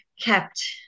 kept